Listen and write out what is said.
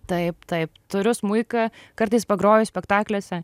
taip taip turiu smuiką kartais pagroju spektakliuose